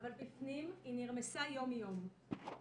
אבל בפנים היא נרמסה יום יום.